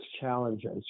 challenges